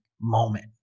moment